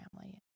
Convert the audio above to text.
family